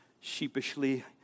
sheepishly